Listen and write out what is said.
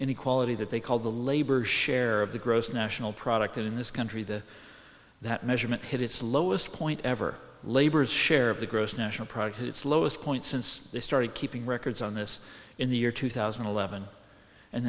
inequality that they call the labor share of the gross national product and in this country the that measurement hit its lowest point ever labor's share of the gross national product has its lowest point since they started keeping records on this in the year two thousand and eleven and